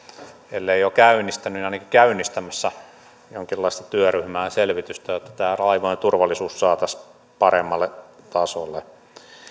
ellei jo käynnistänyt niin ainakin käynnistämässä jonkinlaista työryhmää ja selvitystä jotta tämä laivojen turvallisuus saataisiin paremmalle tasolle